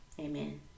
Amen